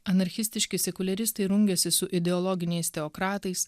anarchistiški sekuliaristai rungiasi su ideologiniais teokratais